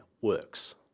works